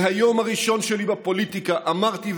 מהיום הראשון שלי בפוליטיקה אמרתי,